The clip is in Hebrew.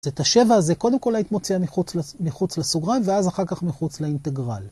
אז את השבע הזה קודם כל את מוציאה מחוץ לסוגריים ואז אחר כך מחוץ לאינטגרל.